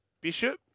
Bishop